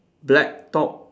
black top